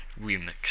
remix